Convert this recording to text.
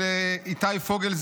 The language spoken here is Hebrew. איתי פוגל,